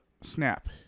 snap